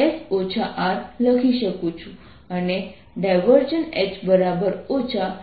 R લખી શકું છું